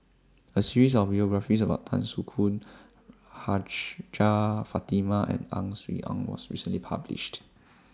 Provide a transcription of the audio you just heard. A series of biographies about Tan Soo Khoon Hajjah Fatimah and Ang Swee Aun was recently published